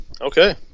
Okay